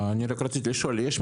אני רק רציתי לשאול: יש,